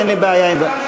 אין לי בעיה עם זה.